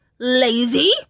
lazy